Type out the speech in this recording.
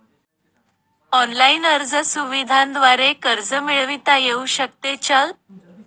Online अर्ज सुविधांद्वारे कर्ज मिळविता येऊ शकते का?